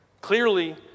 Clearly